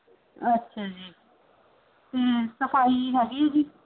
ਅੱਛਾ ਜੀ ਅਤੇ ਸਫ਼ਾਈ ਹੈਗੀ ਹੈ ਜੀ